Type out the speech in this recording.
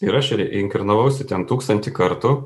ir aš reinkarnavausi ten tūkstantį kartų